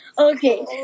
Okay